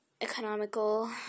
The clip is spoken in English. economical